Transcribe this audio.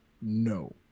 No